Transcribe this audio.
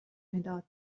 مداد